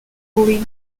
holy